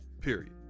Period